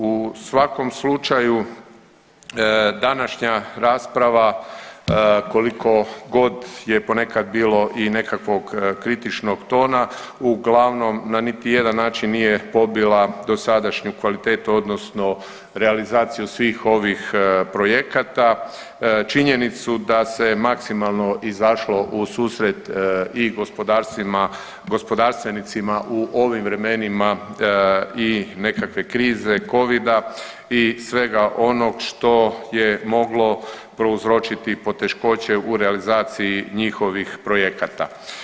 U svakom slučaju današnja rasprava kolikogod je ponekad bilo i nekakvog kritičnog tona uglavnom na niti jedan način nije pobila dosadašnju kvalitetu odnosno realizaciju svih ovih projekata, činjenicu da se maksimalno izašlo u susret i gospodarstvima, gospodarstvenicima u ovim vremenima i nekakve krize covida i svega onog što je moglo prouzročiti poteškoće u realizaciji njihovih projekata.